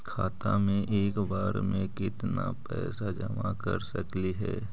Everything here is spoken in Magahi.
खाता मे एक बार मे केत्ना पैसा जमा कर सकली हे?